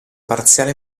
parziale